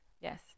Yes